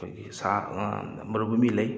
ꯑꯩꯈꯣꯏꯒꯤ ꯁꯥ ꯉꯥ ꯃꯔꯨꯕꯨꯃꯤ ꯂꯩ